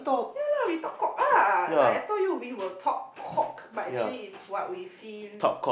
ya lah we talk cock ah like I told you we will talk cock but actually is what we feel